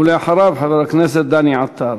ואחריו, חבר הכנסת דני עטר.